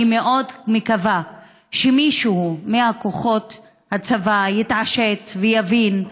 אני מאוד מקווה שמישהו מכוחות הצבא יתעשת ויבין,